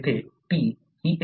ही एक विसंगती आहे